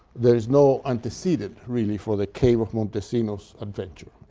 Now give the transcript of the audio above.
there is no antecedent, really, for the cave of montesinos adventure,